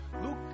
Look